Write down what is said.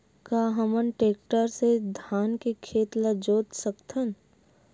का हमन टेक्टर से धान के खेत ल जोत सकथन?